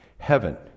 heaven